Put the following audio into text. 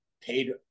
paid